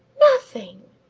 nothing!